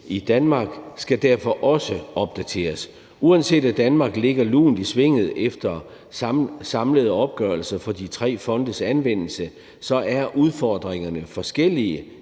i Danmark, skal derfor også opdateres. Uanset at Danmark ligger lunt i svinget efter de samlede opgørelser for de tre fondes anvendelse, er udfordringerne forskellige